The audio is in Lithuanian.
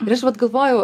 ir aš vat galvojau